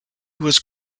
was